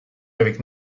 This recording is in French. avec